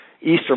eastern